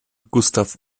gustav